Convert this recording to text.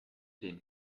den